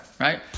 right